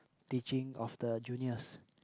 teaching of the juniors